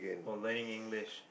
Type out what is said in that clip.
oh learning English